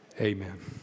Amen